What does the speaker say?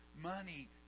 money